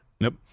Nope